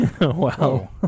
Wow